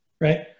right